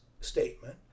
statement